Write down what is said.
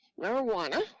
marijuana